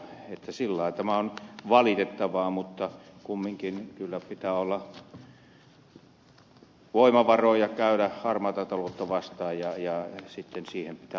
siksi tämä on valitettavaa mutta kumminkin kyllä pitää olla voimavaroja käydä harmaata taloutta vastaan ja siihen pitää osallistua yrityselämänkin